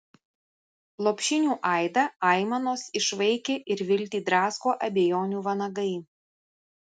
lopšinių aidą aimanos išvaikė ir viltį drasko abejonių vanagai